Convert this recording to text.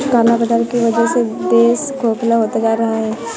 काला बाजार की वजह से देश खोखला होता जा रहा है